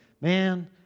man